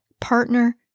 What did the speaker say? partner